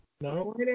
no